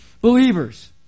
believers